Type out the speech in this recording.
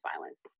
violence